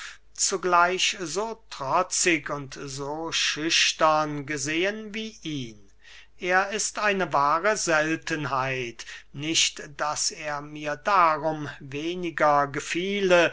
zugleich so trotzig und so schüchtern gesehen wie ihn er ist eine wahre seltenheit nicht daß er mir darum weniger gefiele